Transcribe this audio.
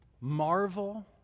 Marvel